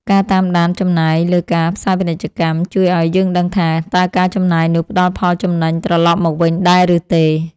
ការតាមដានចំណាយលើការផ្សាយពាណិជ្ជកម្មជួយឱ្យយើងដឹងថា តើការចំណាយនោះផ្ដល់ផលចំណេញត្រឡប់មកវិញដែរឬទេ។